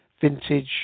vintage